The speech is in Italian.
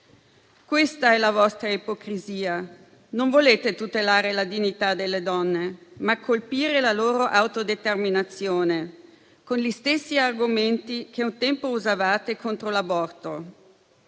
Questa è la vostra ipocrisia. Volete non tutelare la dignità delle donne, ma colpire la loro autodeterminazione con gli stessi argomenti che un tempo usavate contro l'aborto.